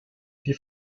die